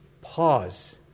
Pause